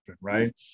right